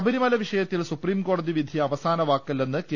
ശബരിമല വിഷയത്തിൽ സൂപ്രിംകോടതി വിധി അവസാന വാക്കല്ലെന്ന് കെ